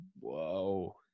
Whoa